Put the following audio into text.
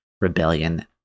rebellion